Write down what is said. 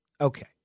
Okay